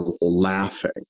laughing